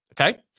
Okay